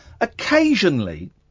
occasionally